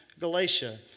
Galatia